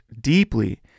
deeply